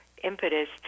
impetus